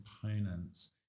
components